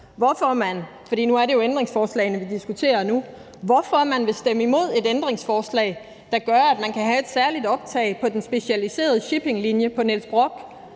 diskuterer – vil stemme imod et ændringsforslag, der gør, at man kan have et særligt optag på den specialiserede shippinglinje på Niels Brock,